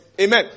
Amen